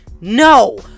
no